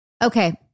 Okay